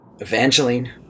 Evangeline